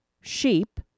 sheep